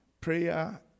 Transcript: Prayer